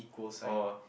or